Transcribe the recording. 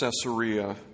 Caesarea